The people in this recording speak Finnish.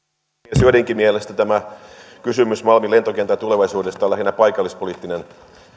puhemies joidenkin mielestä tämä kysymys malmin lentokentän tulevaisuudesta on lähinnä paikallispoliittinen